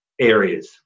areas